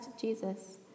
Jesus